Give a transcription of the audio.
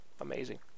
amazing